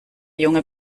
junge